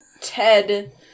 Ted